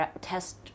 test